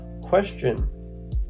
question